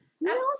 no